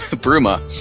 Bruma